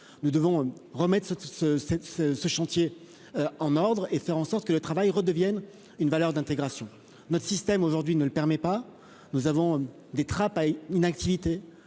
ce ce ce cette ce chantier en ordre et faire en sorte que le travail redevienne une valeur d'intégration notre système aujourd'hui ne le permet pas, nous avons des trappes à inactivité,